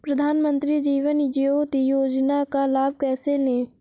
प्रधानमंत्री जीवन ज्योति योजना का लाभ कैसे लें?